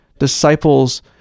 disciples